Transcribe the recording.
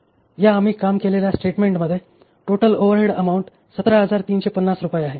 या आम्ही काम केलेल्या स्टेटमेंट मध्ये टोटल ओव्हरहेड अमाऊंट 17350 रुपये आहे